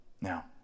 Now